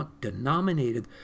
denominated